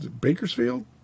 Bakersfield